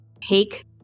take